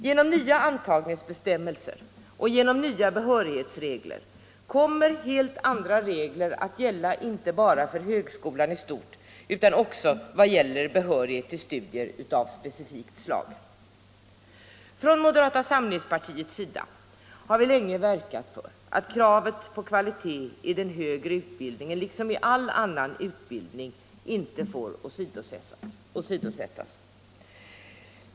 Genom nya antagningsbestämmelser och nya behörighetsnormer kommer helt andra regler än nu att gälla inte bara för högskolan i stort utan också för studier av specifikt slag. Från moderata samlingspartiets sida har vi länge verkat för att kravet på kvalitet i den högre utbildningen liksom i all annan utbildning inte får åsidosättas.